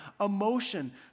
emotion